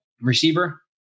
Receiver